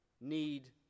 need